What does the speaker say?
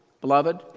beloved